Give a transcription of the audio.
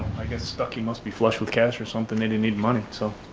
i guess ducky must be flush with cash or something they didn't need money so.